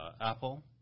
Apple